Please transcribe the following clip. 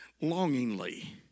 longingly